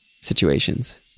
situations